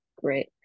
great